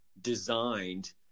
designed